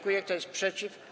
Kto jest przeciw?